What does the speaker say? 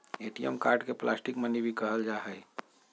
ATM card के plastic money भी कहल जाहई